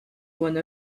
one